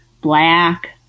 black